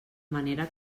manera